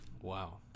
wow